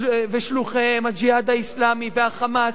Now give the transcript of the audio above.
ושלוחיהם, "הג'יהאד האסלאמי" וה"חמאס"